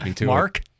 Mark